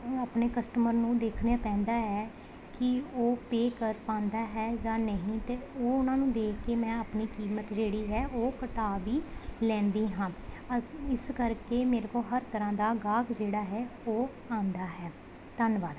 ਆਪਣੇ ਕਸਟਮਰ ਨੂੰ ਦੇਖਣਾ ਪੈਂਦਾ ਹੈ ਕਿ ਉਹ ਪੇ ਕਰ ਪਾਉਂਦਾ ਹੈ ਜਾਂ ਨਹੀਂ ਅਤੇ ਉਹ ਉਹਨਾਂ ਨੂੰ ਦੇਖ ਕੇ ਮੈਂ ਆਪਣੀ ਕੀਮਤ ਜਿਹੜੀ ਹੈ ਉਹ ਘਟਾ ਵੀ ਲੈਂਦੀ ਹਾਂ ਅਤੇ ਇਸ ਕਰਕੇ ਮੇਰੇ ਕੋਲ ਹਰ ਤਰ੍ਹਾਂ ਦਾ ਗਾਹਕ ਜਿਹੜਾ ਹੈ ਉਹ ਆਉਂਦਾ ਹੈ ਧੰਨਵਾਦ